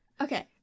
Okay